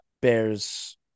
Bears